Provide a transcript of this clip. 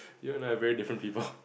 you and I are very different people